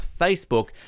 Facebook